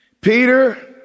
Peter